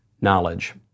knowledge